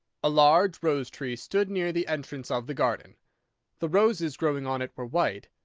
a large rose-tree stood near the entrance of the garden the roses growing on it were white,